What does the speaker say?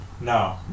No